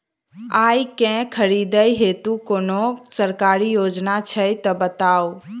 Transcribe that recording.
आइ केँ खरीदै हेतु कोनो सरकारी योजना छै तऽ बताउ?